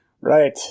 Right